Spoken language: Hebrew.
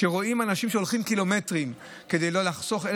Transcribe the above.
שרואים אנשים שהולכים קילומטרים כדי לחסוך.